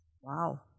wow